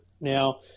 Now